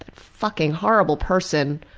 but fucking horrible person,